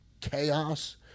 chaos